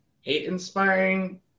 hate-inspiring